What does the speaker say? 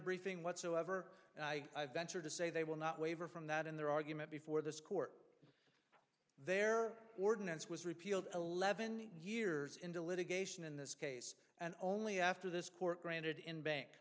briefing whatsoever and i venture to say they will not waiver from that in their argument before this court there ordinance was repealed eleven years into litigation in this case and only after this court granted in bank